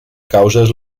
causes